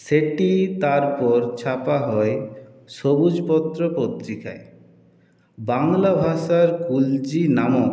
সেটি তারপর ছাপা হয় সবুজপত্র পত্রিকায় বাংলা ভাষার কুলজী নামক